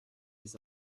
his